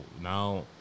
now